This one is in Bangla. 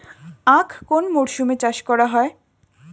আখ কোন মরশুমে চাষ করা হয়?